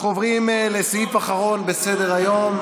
אנחנו עוברים לסעיף האחרון בסדר-היום.